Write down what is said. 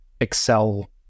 excel